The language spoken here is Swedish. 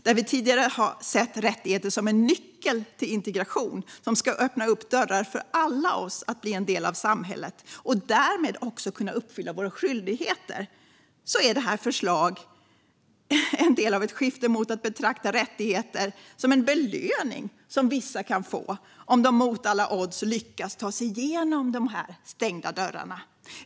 Medan vi tidigare såg rättigheter som en nyckel till integration - som något som ska öppna dörrar för oss alla att bli en del av samhället och därmed även kunna uppfylla våra skyldigheter - är detta förslag en del av ett skifte mot att betrakta rättigheter som en belöning som vissa kan få om de, mot alla odds, lyckas ta sig igenom de stängda dörrarna.